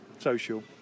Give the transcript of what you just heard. Social